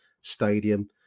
stadium